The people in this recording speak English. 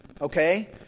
Okay